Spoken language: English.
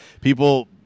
people